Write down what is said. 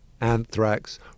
anthrax